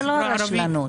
הקודמת.